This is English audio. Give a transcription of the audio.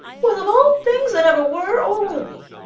well, of all things that ever were or will be!